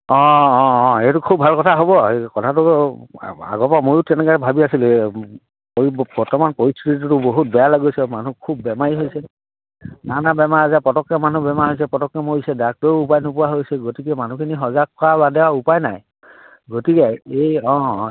অ অ অ অ এইটো খুব ভাল কথা হ'ব কথাটো আগৰ পৰা মইও তেনেকৈ ভাবি আছিলোঁ বৰ্তমান পৰিস্থিতিটোতো বহুত বেয়ালৈ গৈছে মানুহ খুব বেমাৰী হৈছে নানা বেমাৰ আজাৰ পটককে মানুহ বেমাৰ হৈছে পটককে মৰিছে ডাক্তৰেও উপায় নোপোৱা হৈছে গতিকে মানুহখিনি সজাগ হোৱাৰ বাদে আৰু উপায় নাই গতিকে এই অ অ